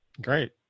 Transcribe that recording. Great